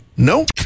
Nope